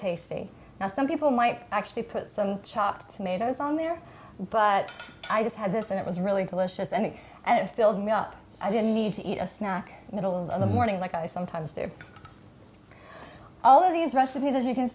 tasty now some people might actually put some chopped tomatoes on there but i just had this and it was really delicious and and it filled me up i didn't need to eat a snack middle of the morning like i sometimes there all of these recipes as you can